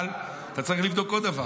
אבל אתה צריך לבדוק עוד דבר.